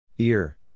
Ear